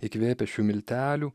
įkvėpę šių miltelių